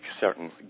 certain